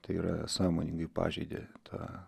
tai yra sąmoningai pažeidė tą